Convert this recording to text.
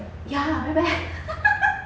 ya very bad